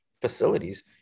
facilities